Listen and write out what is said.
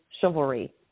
chivalry